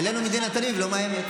עלינו מדינת תל אביב לא מאיימת.